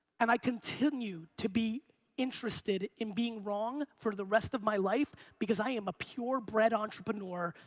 and i continued to be interested in being wrong for the rest of my life, because i am a purebred entrepreneur.